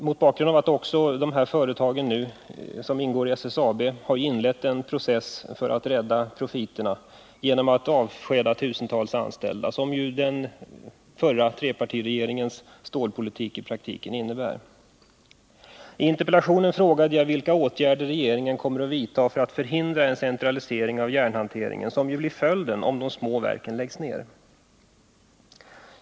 Mot bakgrund av att de företag som ingår i SSAB nu har inlett en process för att rädda profiterna genom att avskeda tusentals anställda — den praktiska följden av den förra trepartiregeringens stålpolitik — har jag i min interpellation frågat vilka åtgärder regeringen kommer att vidta för att förhindra en centralisering av järnhanteringen, vilket ju blir följden om de små verken läggs ner.